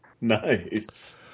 nice